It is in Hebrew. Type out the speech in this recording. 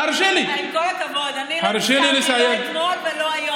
עם כל הכבוד, אני לא נבחרתי לא אתמול ולא היום.